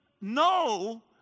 no